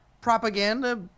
propaganda